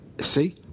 see